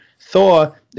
Thor